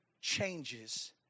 changes